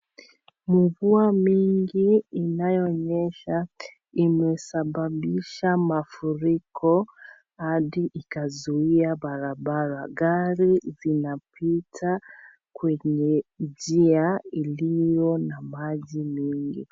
Mvua mingi inayonyesha imesabisha mafuriko adi ikazuia barabara, gari zinapita kwenye njia iliyo na maji mengi.